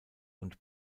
and